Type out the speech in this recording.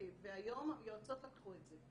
והיום היועצות לקחו את זה,